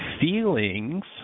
Feelings